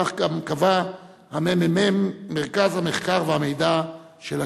כך גם קבע הממ"מ, מרכז המחקר והמידע של הכנסת.